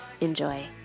Enjoy